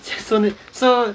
so so